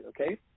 Okay